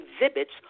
exhibits